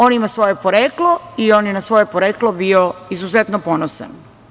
On ima svoje poreklo i on je na svoje poreklo bio izuzetno ponosan.